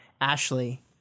ashley